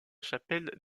chapelle